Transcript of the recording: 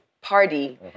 party